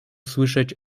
słyszeć